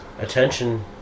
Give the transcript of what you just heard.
attention